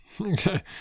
Okay